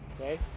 okay